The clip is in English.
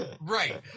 Right